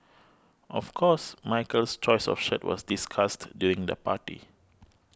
of course Michael's choice of shirt was discussed during the party